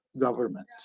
government